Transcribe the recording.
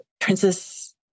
Princess